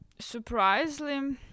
surprisingly